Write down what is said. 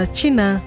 China